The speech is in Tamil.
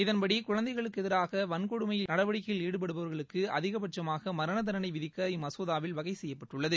இதன்படி குழந்தைகளுக்கு எதிராக வன்கொடுமை நடவடிக்கைகளில் ஈடுபடுவர்களுக்கு அதிகபட்சமாக மரண தண்டனை விதிக்க இம்மசோதாவில் வகை செய்யப்பட்டுள்ளது